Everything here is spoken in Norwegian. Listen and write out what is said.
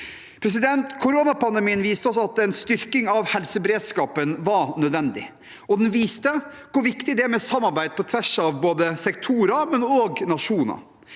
Koronapandemien viste oss at en styrking av helseberedskapen var nødvendig, og den viste hvor viktig det er med samarbeid på tvers av både sektorer og nasjoner.